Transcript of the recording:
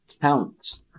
count